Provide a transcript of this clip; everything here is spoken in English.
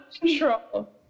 control